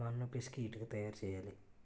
మన్ను పిసికి ఇటుక తయారు చేయాలి